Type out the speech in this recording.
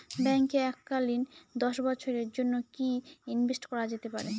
ব্যাঙ্কে এককালীন দশ বছরের জন্য কি ইনভেস্ট করা যেতে পারে?